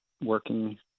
working